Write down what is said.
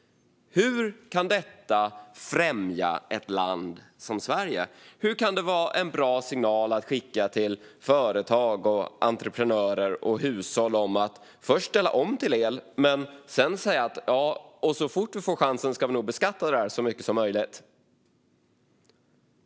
Hur kan detta främja ett land som Sverige? Hur kan det vara en bra signal att skicka till företag, entreprenörer och hushåll att först säga att de ska ställa om till el och sedan säga att så fort vi får chansen ska vi nog beskatta det här så mycket som möjligt?